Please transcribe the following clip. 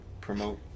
promote